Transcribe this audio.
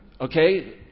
Okay